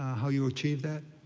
how you achieved that?